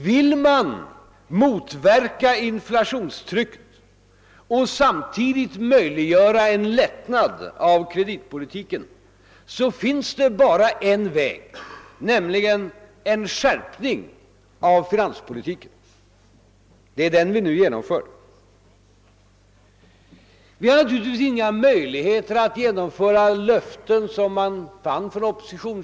Vill man motverka inflationstrycket och samtidigt möjliggöra en lättnad av kreditpolitiken finns det bara en väg, nämligen en skärpt finanspolitik. Det är en sådan vi nu genomför. Oppositionspartierna krävde före valet lättnader av både kreditpolitiken och finanspolitiken.